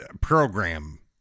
program